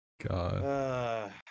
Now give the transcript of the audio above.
God